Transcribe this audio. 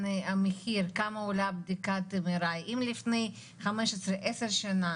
המחיר: כמה עולה בדיקת MRI. אם לפני 15-10 שנה,